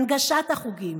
הנגשת החוגים,